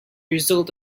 result